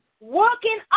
Working